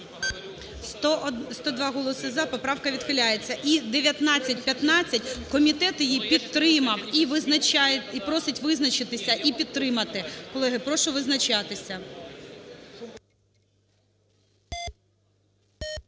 102 голоси "за", поправка відхиляється. І 1915. Комітет її підтримав і просить визначитися і підтримати. Колеги, прошу визначатися.